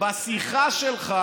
בשיחה שלך